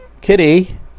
Kitty